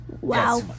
Wow